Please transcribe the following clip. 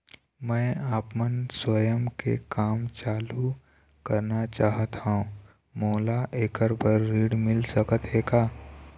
मैं आपमन स्वयं के काम चालू करना चाहत हाव, मोला ऐकर बर ऋण मिल सकत हे का?